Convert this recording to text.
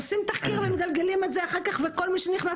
עושים תחקיר ומגלגלים את זה אחר כך וכל מי שנכנס